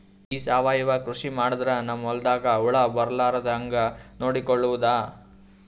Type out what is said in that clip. ಈ ಸಾವಯವ ಕೃಷಿ ಮಾಡದ್ರ ನಮ್ ಹೊಲ್ದಾಗ ಹುಳ ಬರಲಾರದ ಹಂಗ್ ನೋಡಿಕೊಳ್ಳುವುದ?